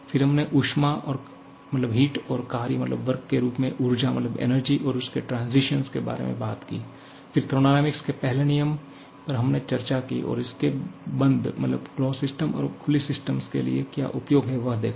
फिर हमने ऊष्मा और कार्य के रूप में ऊर्जा और उसके ट्रांज़िशन के बारे में बात की फिर थर्मोडायनामिक्स के पहले नियम पर हमने चर्चा की और इसके बंद और खुले सिस्टम के लिए क्या उपयोग है वह देखा